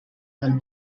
del